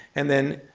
and then,